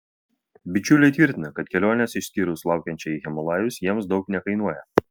bičiuliai tvirtina kad kelionės išskyrus laukiančią į himalajus jiems daug nekainuoja